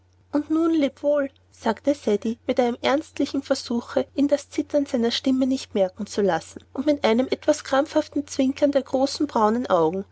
und nun leb wohl sagte ceddie mit einem ernstlichen versuche ihn das zittern seiner stimme nicht merken zu lassen und mit einem etwas krampfhaften zwinkern der großen braunen augen